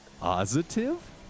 Positive